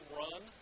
run